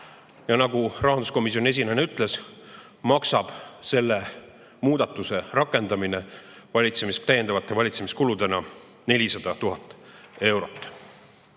Nagu rahanduskomisjoni esinaine ütles, selle muudatuse rakendamine maksab täiendavate valitsemiskuludena 400 000 eurot.